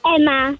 Emma